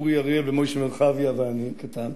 אורי אריאל ומשה מרחביה ואני הקטן,